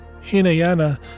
hinayana